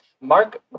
Mark